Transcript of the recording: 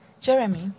Jeremy